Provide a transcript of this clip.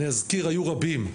אני אזכיר שהיו רבים,